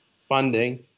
funding